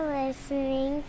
listening